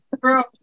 Girl